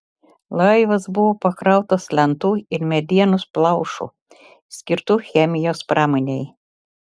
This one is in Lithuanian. laivas buvo pakrautas lentų ir medienos plaušų skirtų chemijos pramonei